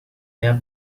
haya